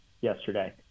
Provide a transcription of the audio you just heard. yesterday